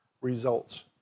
results